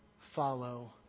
Follow